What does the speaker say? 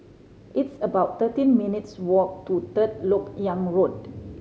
it's about thirteen minutes' walk to Third Lok Yang Road